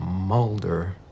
Mulder